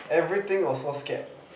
everything also scared